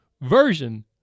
version